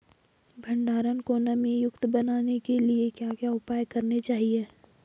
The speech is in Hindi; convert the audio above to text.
भंडारण को नमी युक्त बनाने के लिए क्या क्या उपाय करने चाहिए?